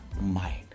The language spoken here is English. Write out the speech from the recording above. mind